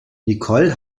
nicole